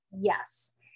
yes